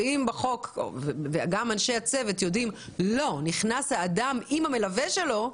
אם בחוק גם אנשי הצוות יודעים שנכנס האדם עם המלווה שלו,